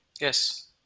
Yes